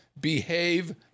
Behave